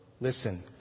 listen